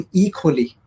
equally